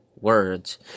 words